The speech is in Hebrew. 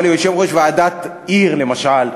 אבל יושב-ראש ועדת עיר למשל,